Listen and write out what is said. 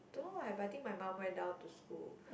don't know eh but I think my mum went down to school